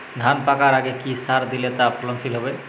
ধান পাকার আগে কি সার দিলে তা ফলনশীল হবে?